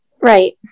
right